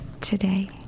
today